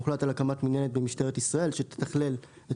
הוחלט על הקמת מינהלת במשטרת ישראל שתתכלל את